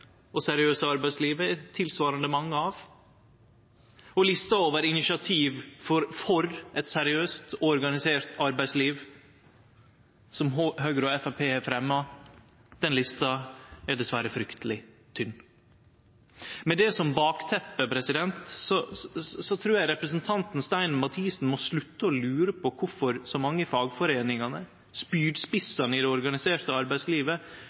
og seriøse arbeidslivet er det tilsvarande mange av, og lista over initiativ for eit seriøst og organisert arbeidsliv som Høgre og Framstegspartiet har fremja, er dessverre frykteleg tynn. Med det som bakteppe trur eg representanten Stein Mathisen må slutte å lure på kvifor så mange av fagforeiningane, spydspissane i det organiserte arbeidslivet,